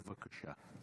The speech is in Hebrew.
בבקשה.